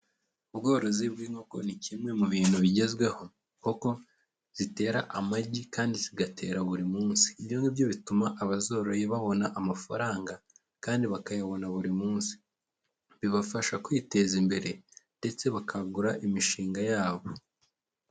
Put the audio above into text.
Ubworozi bw'inkoko ni kimwe mu bintu bigezweho, kuko zitera amagi kandi zigatera buri munsi, ibyo ngibyo bituma abazoroye babona amafaranga, kandi bakayabona buri munsi, bibafasha kwiteza imbere, ndetse bakagura imishinga yabo.